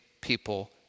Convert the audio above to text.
people